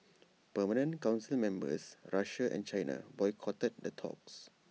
permanent Council members Russia and China boycotted the talks